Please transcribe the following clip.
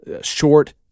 short